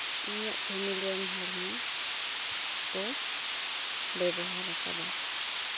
ᱤᱧᱟᱹᱜ ᱯᱷᱮᱢᱮᱞᱤ ᱨᱮᱱ ᱦᱚᱲ ᱦᱚᱸ ᱠᱚ ᱵᱮᱵᱚᱦᱟᱨ ᱟᱠᱟᱫᱟ